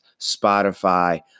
Spotify